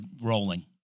rolling